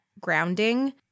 grounding